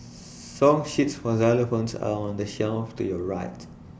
song sheets for xylophones are on the shelf to your right